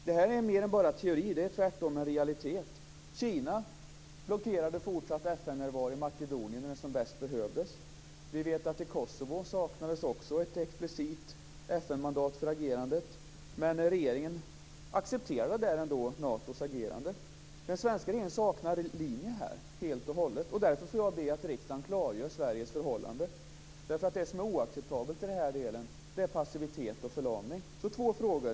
Det här är mer än bara teori, det är en realitet. Kina blockerade fortsatt FN-närvaro i Makedonien när den som bäst behövdes. Vi vet att det i Kosovo också saknades ett explicit FN-mandat för agerandet. Men regeringen accepterade ändå Natos agerande där. Den svenska regeringen saknar helt och hållet linje här, därför får jag be att riksdagen klargör Sveriges förhållande. Det som är oacceptabelt i den här delen är passivitet och förlamning. Två frågor.